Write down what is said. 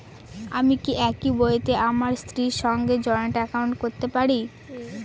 আমি কি একই বইতে আমার স্ত্রীর সঙ্গে জয়েন্ট একাউন্ট করতে পারি?